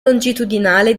longitudinale